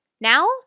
Now